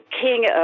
king